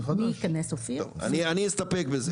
אני אסתפק בזה.